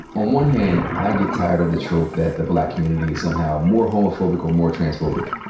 on one hand, i get tired of the trope that the black community is somehow more homophobic or more transphobic.